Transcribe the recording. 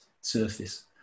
surface